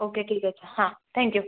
okay ठीक आहे तर हां थँक्यू